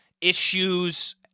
issues